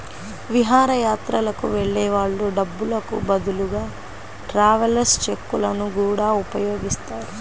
విహారయాత్రలకు వెళ్ళే వాళ్ళు డబ్బులకు బదులుగా ట్రావెలర్స్ చెక్కులను గూడా ఉపయోగిస్తారు